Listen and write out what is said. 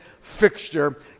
fixture